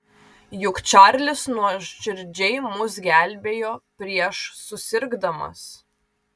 juk čarlis nuoširdžiai mus gelbėjo prieš susirgdamas